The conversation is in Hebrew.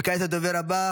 וכעת הדובר הבא,